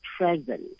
present